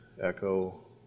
echo